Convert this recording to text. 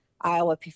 Iowa